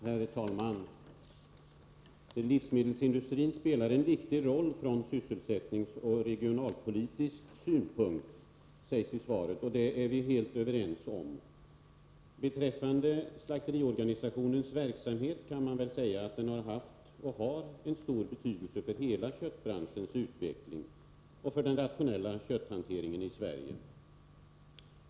Herr talman! Livsmedelsindustrin spelar en viktig roll från sysselsättningsoch regionalpolitisk synpunkt, sägs det i svaret. Det är vi helt överens om. Slakteriorganisationens verksamhet har haft och har en stor betydelse för hela köttbranschens utveckling och för den rationella kötthanteringen i Sverige.